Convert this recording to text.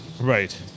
right